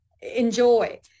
enjoy